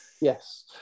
Yes